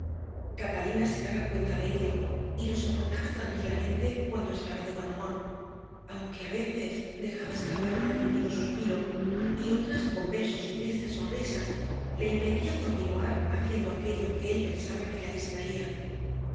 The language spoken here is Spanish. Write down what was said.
catalina se daba cuenta de ello y lo soportaba tranquilamente cuando estaba de buen humor aunque a veces dejaba escapar un reprimido suspiro y otras con besos y tristes sonrisas le impedía continuar haciendo aquello que él pensaba que la distraía